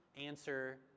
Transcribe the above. answer